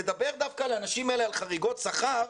לדבר על האנשים האלה, על חריגות שכר,